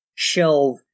shelve